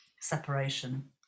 separation